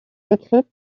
décrites